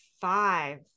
five